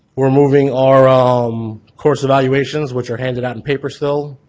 we're moving our um course evaluations, which are handed out in paper still,